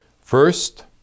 First